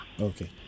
Okay